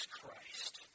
Christ